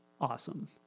awesome